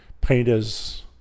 painters